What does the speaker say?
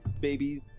babies